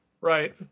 Right